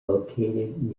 located